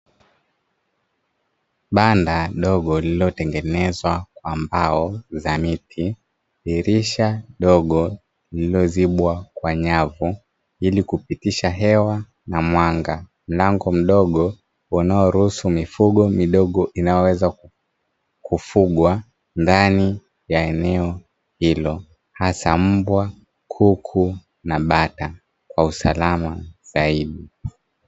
Banda dogo lililotengenezwa kwa mbao za miti, dirisha dogo lililozibwa kwa nyavu ili kupitisha hewa na mwanga, mlango mdogo unaoruhusu mifugo midogo inayoweza kufugwa ndani ya eneo hilo; hasa mbwa, kuku na bata kwa usalama zaidi.